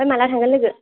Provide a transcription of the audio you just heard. ओमफ्राय माला थांगोन लोगो